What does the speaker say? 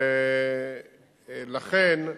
לכן,